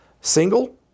single